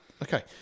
Okay